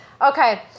Okay